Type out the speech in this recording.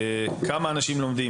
כמה אנשים לומדים?